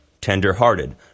tender-hearted